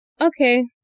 okay